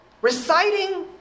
reciting